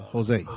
Jose